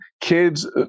kids